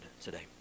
today